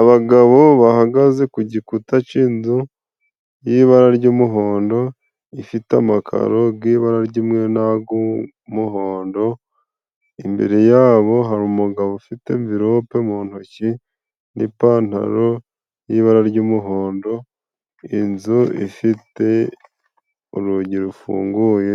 Abagabo bahagaze ku gikuta c'inzu y'ibara ry'umuhondo, ifite amakaro g'ibara ry'umweru n'ag'umuhondo, imbere yabo hari umugabo ufite nverope mu ntoki n'ipantaro y'ibara ry'umuhondo, inzu ifite urugi rufunguye